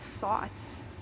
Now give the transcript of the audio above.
thoughts